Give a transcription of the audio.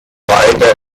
beider